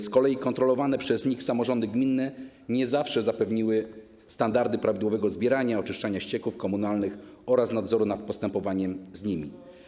Z kolei kontrolowane przez NIK samorządy gminne nie zawsze zapewniały standardy prawidłowego zbierania i oczyszczania ścieków komunalnych oraz nadzoru nad postępowaniem z nimi.